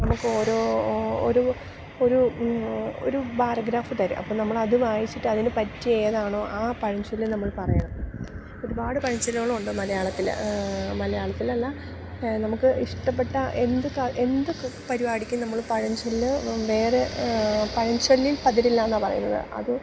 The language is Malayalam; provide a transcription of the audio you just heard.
നമുക്ക് ഓരോ ഒരു ഒരു ഒരു ഭാരഗ്രാഫ് തരും അപ്പം നമ്മൾ അത് വായിച്ചിട്ട് അതിന് പറ്റിയ ഏതാണോ ആ പഴഞ്ചൊല്ല് നമ്മൾ പറയണം ഒരുപാട് പഴഞ്ചൊല്കുകൾ ഉണ്ട് മലയാളത്തിൽ മലയാളത്തിൽ അല്ല നമുക്ക് ഇഷ്ടപ്പെട്ട എന്ത് എന്ത് പരിപാടിക്കും നമ്മൾ പഴഞ്ചൊല്ല് വേറെ പഴഞ്ചൊല്ലിൽ പതിരില്ലാന്നാ പറയുന്നത് അത്